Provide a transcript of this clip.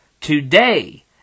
Today